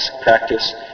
practice